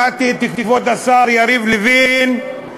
שמעתי את כבוד השר יריב לוין,